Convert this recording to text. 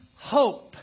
hope